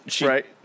Right